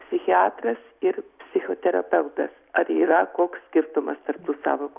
psichiatras ir psichoterapeutas ar yra koks skirtumas tarp tų sąvokų